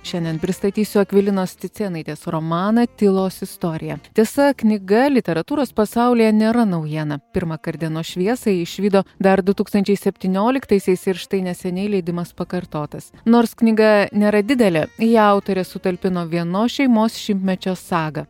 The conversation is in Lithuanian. šiandien pristatysiu akvilinos cicėnaitės romaną tylos istorija tiesa knyga literatūros pasaulyje nėra naujiena pirmą kart dienos šviesą ji išvydo dar du tūkstančiai septynioliktaisiais ir štai neseniai leidimas pakartotas nors knyga nėra didelė į ją autorė sutalpino vienos šeimos šimtmečio sagą